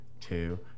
two